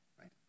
right